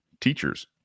teachers